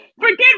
Forget